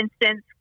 instance